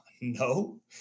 No